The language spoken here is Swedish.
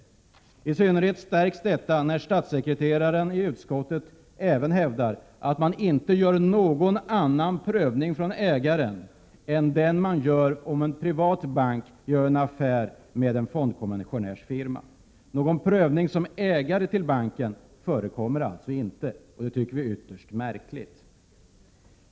Denna fråga blir i synnerhet aktuell när statssekreteraren i utskottet även hävdar att man inte gör någon annan prövning från ägaren än den man gör när en privat bank gör en affär med en fondkommissionärsfirma. Någon prövning som ägare till banken förekommer alltså inte. Detta tycker vi är ytterst märkligt.